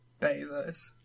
Bezos